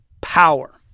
power